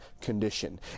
condition